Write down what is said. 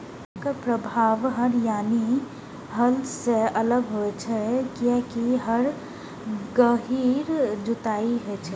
एकर प्रभाव हर यानी हल सं अलग होइ छै, कियैकि हर गहींर जुताइ करै छै